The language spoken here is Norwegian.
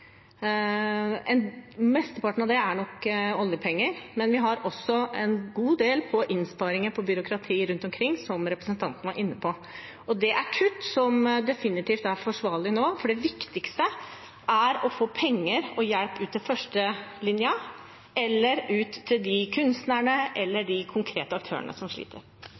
Mesteparten av det er nok oljepenger, men vi har også en god del på innsparinger i byråkrati rundt omkring, som representanten var inne på, og det er kutt som definitivt er forsvarlig nå. Det viktigste er å få penger og hjelp ut til førstelinja, eller ut til de kunstnerne eller de konkrete aktørene som sliter.